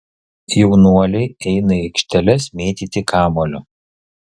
jaunuoliai eina į aikšteles mėtyti kamuolio